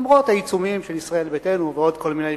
למרות העיצומים של ישראל ביתנו ועוד כל מיני,